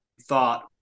thought